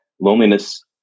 loneliness